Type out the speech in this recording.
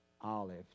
olive